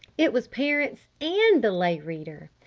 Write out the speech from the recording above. it was parents and the lay reader.